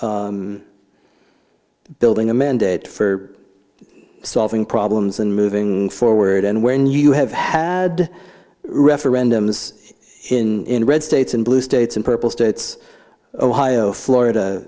building a mandate for solving problems and moving forward and when you have had referendums in red states and blue states in purple states ohio florida